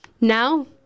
now